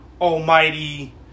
almighty